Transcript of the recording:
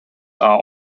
are